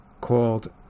called